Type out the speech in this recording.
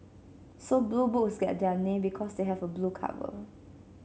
so Blue Books get their name because they have a blue cover